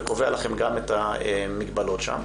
וקובע לכם גם את המגבלות שם.